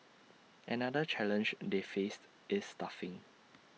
another challenge they faced is staffing